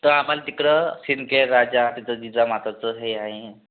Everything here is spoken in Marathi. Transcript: तर आम्हाला तिकडं सिंदखेड राजा तिथं जिजामाताचं हे आहे